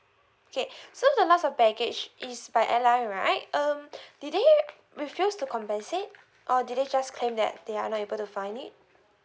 okay so the loss of package is by airline right um did they refuse to compensate or did they just claim that they are not able to find it